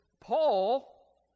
Paul